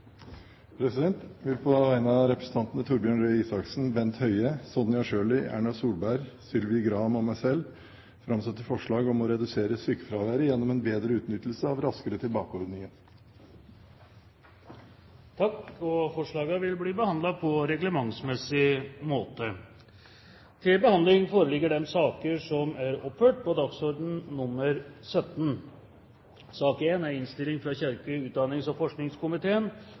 representantforslag. Jeg vil på vegne av representantene Erna Solberg, Torbjørn Røe Isaksen, Sylvi Graham, Sonja Irene Sjøli, Bent Høie og meg selv framsette forslag om å redusere sykefraværet gjennom en bedre utnyttelse av «Raskere tilbake»-ordningen. Forslagene vil bli behandlet på reglementsmessig måte. Etter ønske fra kirke-, utdannings- og forskningskomiteen